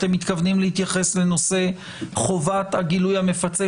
אתם מתכוונים להתייחס לנושא חובת הגילוי המפצה